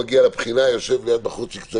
שמגיע לבחינה ויושב ליד בחור צעיר